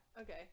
Okay